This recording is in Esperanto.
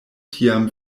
tiam